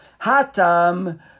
Hatam